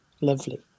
Lovely